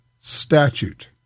Statute